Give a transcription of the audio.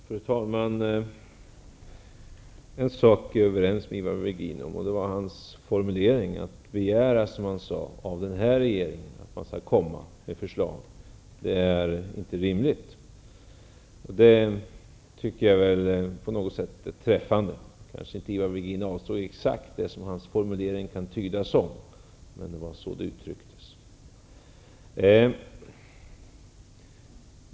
Fru talman! På en punkt är Ivar Virgin och jag överens. Det gäller hans formulering: Att begära av den här regeringen att komma med förslag är inte rimligt. På något sätt är formuleringen träffande. Ivar Virgin kanske inte avsåg exakt det som hans formulering kan tydas som. Han har i alla fall uttryckt sig på nämnda sätt.